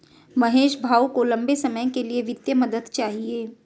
महेश भाऊ को लंबे समय के लिए वित्तीय मदद चाहिए